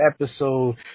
episode